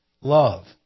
love